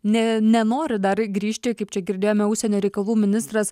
ne nenori dar grįžti kaip čia girdėjome užsienio reikalų ministras